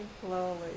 slowly